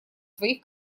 своих